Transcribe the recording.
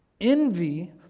Envy